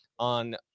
on